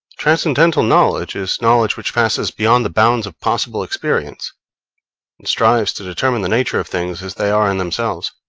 transcendental knowledge is knowledge which passes beyond the bounds of possible experience, and strives to determine the nature of things as they are in themselves.